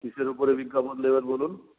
কীসের উপরে বিজ্ঞাপন দেবেন বলুন